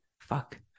Fuck